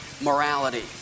morality